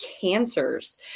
cancers